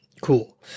Cool